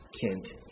Kent